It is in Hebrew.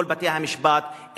כל בתי-המשפט,